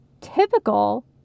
Typical